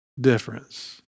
difference